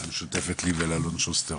המשותפת לי ולאלון שוסטר